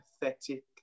pathetic